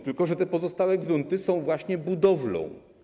Tylko że te pozostałe grunty są właśnie budowlą.